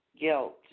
guilt